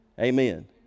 amen